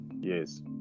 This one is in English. Yes